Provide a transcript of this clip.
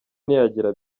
ntiyagira